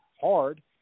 hard